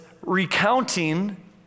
recounting